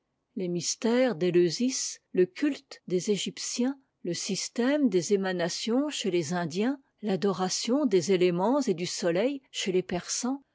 les mystères d'eleusis le culte des égyptiens le système des émanations chez les indiens l'adoration des éléments et du soleil chez les persans